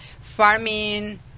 farming